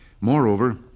Moreover